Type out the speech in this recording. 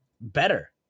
Better